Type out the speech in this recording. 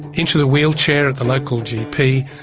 into the wheelchair at the local gp,